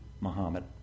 Muhammad